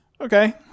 Okay